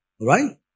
right